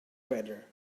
better